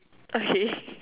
okay